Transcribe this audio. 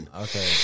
okay